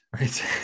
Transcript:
right